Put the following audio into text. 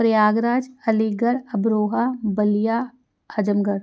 Prayagraj Aligarh Amroha Ballia Azamgarh